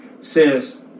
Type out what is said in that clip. says